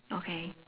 okay